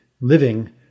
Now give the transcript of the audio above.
living